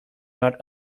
not